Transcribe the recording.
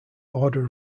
order